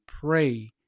pray